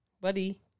Buddy